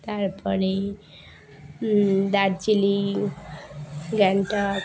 তারপরে দার্জিলিং গাংটক